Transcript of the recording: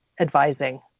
advising